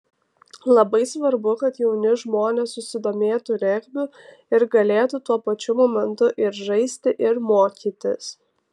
labai svarbu kad jauni žmonės susidomėtų regbiu ir galėtų tuo pačiu momentu ir žaisti ir mokytis